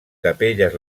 capelles